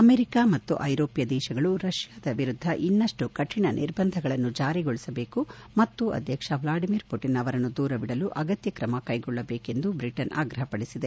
America ಮತ್ತು ಐರೋಪ್ಯ ದೇಶಗಳು ರಷ್ಠಾದ ವಿರುದ್ಧ ಇನ್ನಷ್ಟು ಕಠಿಣ ನಿರ್ಬಂಧಗಳನ್ನು ಜಾರಿಗೊಳಿಸಬೇಕು ಮತ್ತು ಅಧ್ವಕ್ಷ ವ್ಲಾಡಿಮಿರ್ ಪುಟನ್ ಅವರನ್ನು ದೂರವಿಡಲು ಅಗತ್ಯ ಕ್ರಮ ಕೈಗೊಳ್ಳಬೇಕು ಎಂದು ಬ್ರಿಟನ್ ಆಗ್ರಹಪಡಿಸಿದೆ